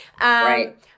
Right